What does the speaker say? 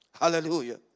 Hallelujah